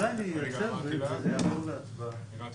אני אחזור --- אני לא.